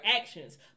actions